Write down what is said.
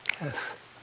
yes